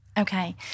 Okay